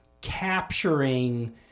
capturing